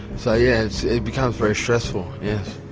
so yes, it becomes very stressful yes.